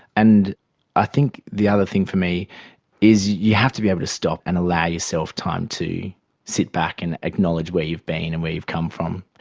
and i think the other thing for me is you have to be able to stop and allow yourself time to sit back and acknowledge where you've been and where you've come from.